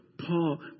Paul